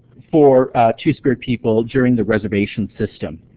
for two-spirit people during the reservation system.